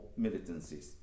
militancies